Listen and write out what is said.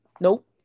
Nope